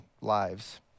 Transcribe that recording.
lives